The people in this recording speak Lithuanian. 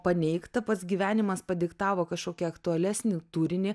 paneigta pats gyvenimas padiktavo kažkokį aktualesnį turinį